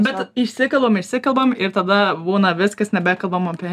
bet išsikalbam išsikalbam ir tada būna viskas nebekalbam apie